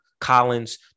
Collins